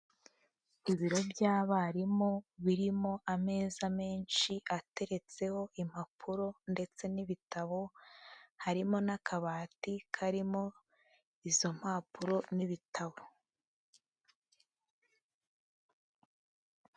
Ibiro by'abarimu birimo ameza menshi ateretseho impapuro ndetse n'ibitabo, harimo n'akabati karimo izo mpapuro n'ibitabo.